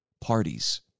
Parties